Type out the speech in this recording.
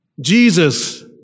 Jesus